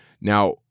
Now